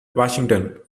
washington